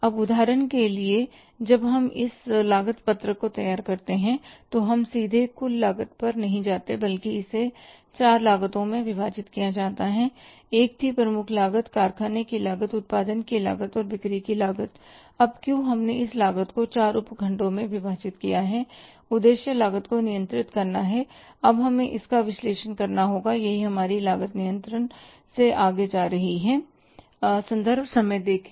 अब उदाहरण के लिए जब हम इस लागत पत्रक को तैयार करते हैं तो हम सीधे कुल लागत पर नहीं जाते बल्कि इसे चार लागतों में विभाजित किया जाता है एक थी प्रमुख लागत कारखाने की लागत उत्पादन की लागत और बिक्री की लागत अब क्यों हमने इस लागत को चार उपखंडों में विभाजित किया उद्देश्य लागत को नियंत्रित करना है अब हमें इसका विश्लेषण करना होगा यही हमारी लागत नियंत्रण से आगे जा रही है